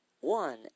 one